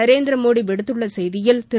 நரேந்திரமோடி விடுத்துள்ள செய்தியில் திரு